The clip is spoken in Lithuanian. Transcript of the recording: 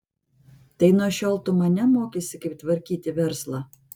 tai nuo šiol tu mane mokysi kaip tvarkyti verslą